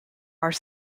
are